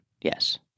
Yes